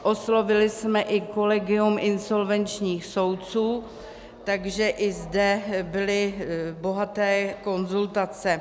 Oslovili jsme i kolegium insolvenčních soudců, takže i zde byly bohaté konzultace.